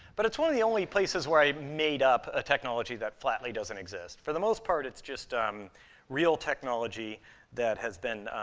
but it's one of the only places where i made up a technology that flatly doesn't exist. for the most part, it's just real technology that has been,